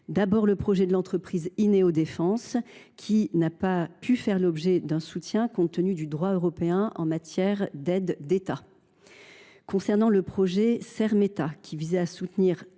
refus. Le projet de l’entreprise Ineo Défense n’a pas pu faire l’objet d’un soutien, compte tenu du droit européen en matière d’aides d’État. S’agissant du projet Sermeta, qui visait à soutenir